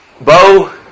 Bo